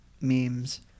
memes